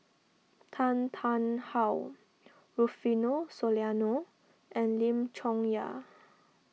Tan Tarn How Rufino Soliano and Lim Chong Yah